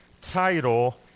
title